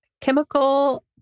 chemical